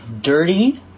dirty